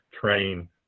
train